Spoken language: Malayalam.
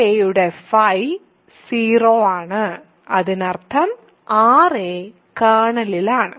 ra യുടെ φ 0 ആണ് അതിനാൽ അതിനർത്ഥം ra കേർണലിലാണ്